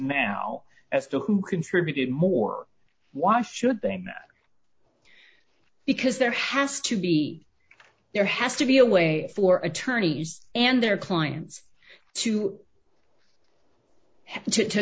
now as to who contributed more why should think that because there has to be there has to be a way for attorneys and their clients to to